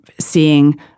seeing